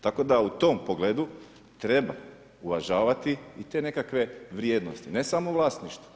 Tako da u tom pogledu treba uvažavati i te nekakve vrijednosti, ne samo vlasništvo.